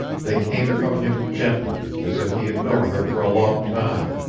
they came from him gently, as if he had known her for a long time.